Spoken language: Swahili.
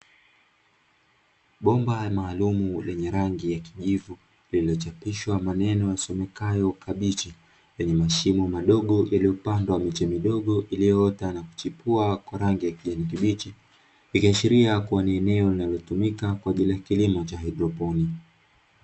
Bomba maalumu lenye rangi ya kijivu, lililochapishwa maneno yasomekayo kabichi, lenye mashimo madogo yaliyopandwa miche midogo iliyoota na kuchipua kwa rangi ya kijani kibichi, ikiashiria kuwa ni eneo linalotumika kwa ajili ya kilimo cha haidroponi.